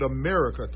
America